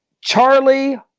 Charlie